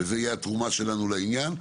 זו תהיה התרומה שלנו לעניין.